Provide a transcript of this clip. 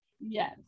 Yes